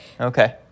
Okay